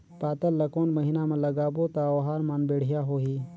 पातल ला कोन महीना मा लगाबो ता ओहार मान बेडिया होही?